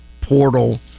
portal